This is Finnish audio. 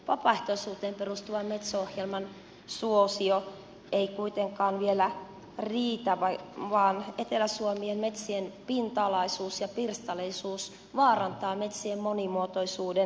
vapaaehtoisuuteen perustuvan metso ohjelman suosio ei kuitenkaan vielä riitä vaan etelä suomen metsien pinta alaosuus ja pirstaleisuus vaarantaa metsien monimuotoisuuden